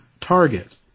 target